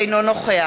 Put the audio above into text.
אינו נוכח